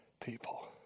people